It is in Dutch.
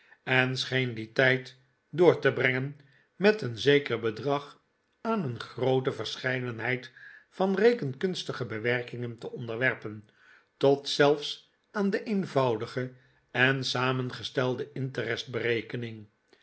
en scheen dien tijd door te brengen met een zeker bedrag aan een groote verscheidenheid van rekenkunstige bewerkingen te onderwerpen tot zelfs aan de eenvoudigeyen'samengestelde